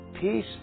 Peace